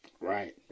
Right